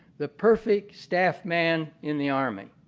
the perfect staff man in the army.